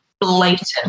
blatant